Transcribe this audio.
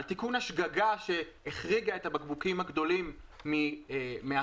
על תיקון השגגה שהחריגה את הבקבוקים הגדולים מהחוק